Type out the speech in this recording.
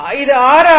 இது r ஆகும்